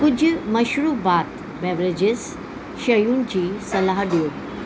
कुझु मशरूबाति बेवरेजिस शयुनि जी सलाह ॾियो